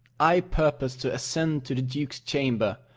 i purpose to ascend to the duke's chamber,